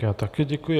Já také děkuji.